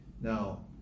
Now